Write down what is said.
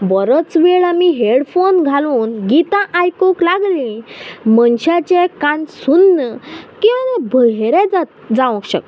बोरोच वेळ आमी हेडफोन घालून गितां आयकूंक लागली मनशाचे कान सुन्न किंवां बहीरे जावंक शकता